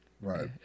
right